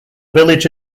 village